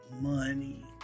money